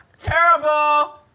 Terrible